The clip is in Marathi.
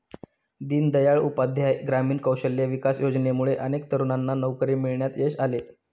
दीनदयाळ उपाध्याय ग्रामीण कौशल्य विकास योजनेमुळे अनेक तरुणांना नोकरी मिळवण्यात यश आले